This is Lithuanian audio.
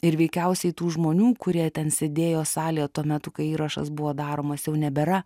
ir veikiausiai tų žmonių kurie ten sėdėjo salė tuo metu kai įrašas buvo daromas jau nebėra